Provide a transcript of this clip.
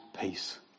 peace